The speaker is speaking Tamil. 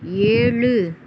ஏழு